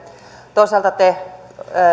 toisaalta te